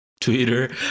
Twitter